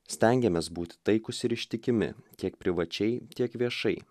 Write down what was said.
stengiamės būti taikūs ir ištikimi tiek privačiai tiek viešai